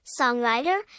songwriter